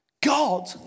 God